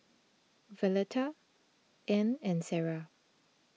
Violetta Anne and Sara